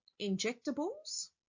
injectables